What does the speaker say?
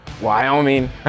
Wyoming